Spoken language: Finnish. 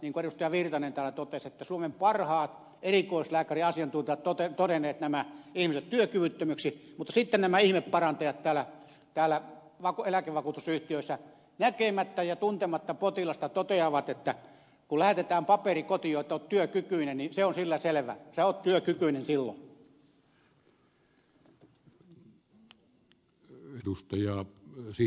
erkki virtanen täällä totesi että suomen parhaat erikoislääkäriasiantuntijat ovat todenneet nämä ihmiset työkyvyttömiksi nämä ihmeparantajat näissä eläkevakuutusyhtiöissä sitten näkemättä ja tuntematta potilasta toteavat että kun lähetetään paperi kotiin että olet työkykyinen niin se on sillä selvä sinä olet työkykyinen silloin